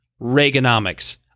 Reaganomics